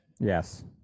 Yes